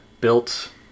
built